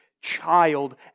child